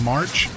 March